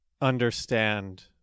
understand